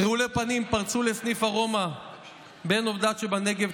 רעולי פנים פרצו לסניף ארומה בעין עבדת שבנגב,